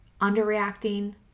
underreacting